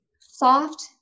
soft